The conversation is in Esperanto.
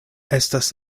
estas